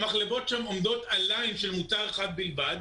והמחלבות שם עומדות על ליין של מוצר אחד בלבד,